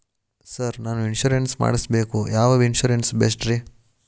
Sir ನಾನು insurance ಮಾಡಿಸಬೇಕು ಯಾವ ಇನ್ಶೂರೆನ್ಸ್ ಬೆಸ್ಟ್ರಿ?